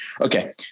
Okay